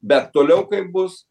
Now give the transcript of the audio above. bet toliau kaip bus